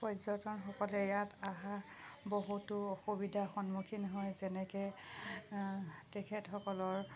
পৰ্যটনসকলে ইয়াত অহা বহুতো অসুবিধাৰ সন্মুখীন হয় যেনেকৈ তেখেতসকলৰ